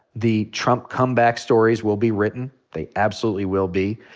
the trump comeback stories will be written. they absolutely will be.